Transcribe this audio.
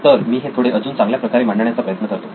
तर मी हे थोडे अजून चांगल्या प्रकारे मांडण्याचा प्रयत्न करतो